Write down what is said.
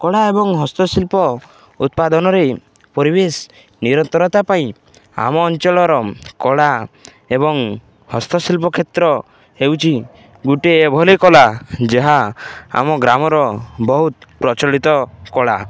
କଳା ଏବଂ ହସ୍ତଶିଳ୍ପ ଉତ୍ପାଦନରେ ପରିବେଶ ନିରନ୍ତରତା ପାଇଁ ଆମ ଅଞ୍ଚଳର କଳା ଏବଂ ହସ୍ତଶିଳ୍ପ କ୍ଷେତ୍ର ହେଉଛି ଗୋଟିଏ ଏଭଳି କଳା ଯାହା ଆମ ଗ୍ରାମର ବହୁତ ପ୍ରଚଳିତ କଳା